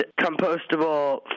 compostable